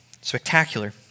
spectacular